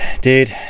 dude